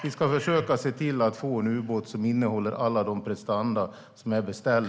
Vi ska försöka se till att få en ubåt som innehåller all den prestanda som är beställd.